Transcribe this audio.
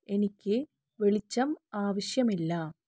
എനിക്ക് വെളിച്ചം ആവശ്യമില്ല